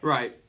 Right